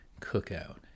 cookout